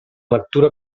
lectura